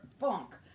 funk